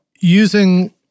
using